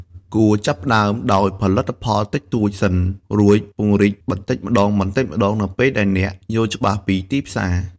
គួរចាប់ផ្ដើមដោយផលិតផលតិចតួចសិន រួចពង្រីកបន្តិចម្ដងៗនៅពេលដែលអ្នកយល់ច្បាស់ពីទីផ្សារ។